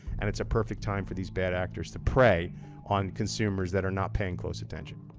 and it's a perfect time for these bad actors to prey on consumers that are not paying close attention.